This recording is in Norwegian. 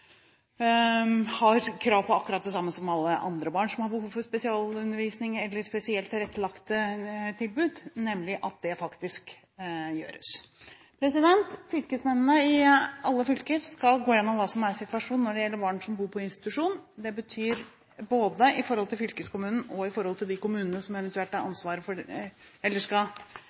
har krav på akkurat det samme som alle andre barn som har behov for spesialundervisning eller spesielt tilrettelagte tilbud, nemlig faktisk å få det. Fylkesmennene i alle fylker skal gå igjennom hva som er situasjonen når det gjelder barn som bor på institusjon, både med tanke på fylkeskommunen og med tanke på de kommunene som eventuelt skal